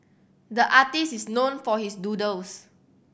the artist is known for his doodles